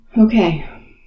Okay